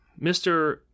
Mr